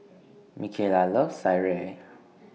Micayla loves Sireh